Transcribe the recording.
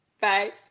Bye